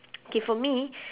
okay for me